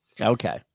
Okay